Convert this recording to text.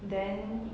then